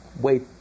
Wait